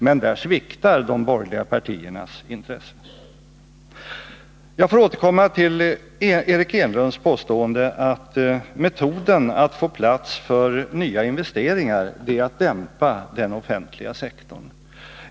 Men där sviktar de borgerliga partiernas intresse. Jag får återkomma till Eric Enlunds påstående att metoden att få plats för nya investeringar är att dämpa den offentliga sektorn.